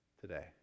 today